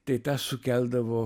tai sukeldavo